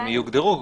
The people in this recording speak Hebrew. הם יוגדרו,